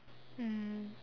mm